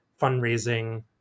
fundraising